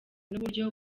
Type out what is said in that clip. n’uburyo